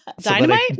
Dynamite